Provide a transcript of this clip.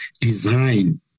design